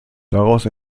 daraus